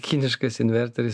kiniškas inverteris